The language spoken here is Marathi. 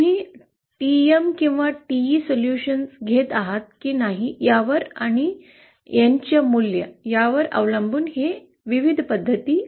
तुम्ही टीएम किंवा टीई सोल्युशन घेत आहात की नाही यावर आणि एनचे मूल्य यावर अवलंबून हे विविध पद्धती आहेत